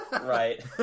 Right